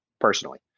personally